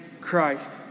Christ